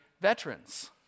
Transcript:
veterans